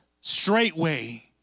straightway